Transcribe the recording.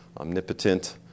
omnipotent